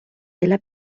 della